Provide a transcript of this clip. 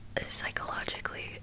psychologically